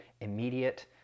immediate